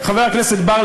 חבר הכנסת בר,